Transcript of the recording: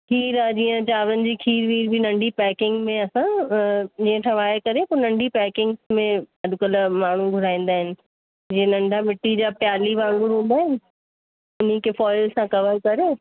खीर आहे जीअं चावरनि जी खीर वीर बि नंढी पैकिंग में जीअं ठहाए करे पोइ नंढी पैकिंग में अॼकल्ह माण्हू घुराईंदा आहिनि जीअं नंढा मिट्टी जा प्याली वागूंर हूंदा आहिनि उनखे फ़ॉइल सां कवर करे